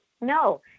no